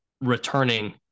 returning